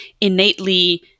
innately